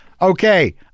Okay